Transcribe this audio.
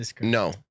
no